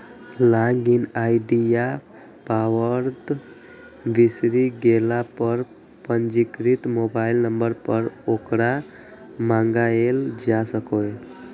log in ID या password बिसरि गेला पर पंजीकृत मोबाइल नंबर पर ओकरा मंगाएल जा सकैए